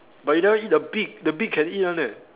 but you never eat the beak the beak can eat one leh